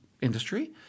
industry